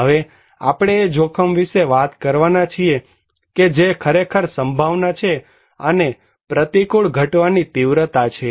હવે આપણે એ જોખમ વિશે વાત કરવાના છીએ કે જે ખરેખર સંભાવના છે અને પ્રતિકૂળ ઘટનાની તીવ્રતા છે